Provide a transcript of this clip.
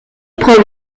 épreuve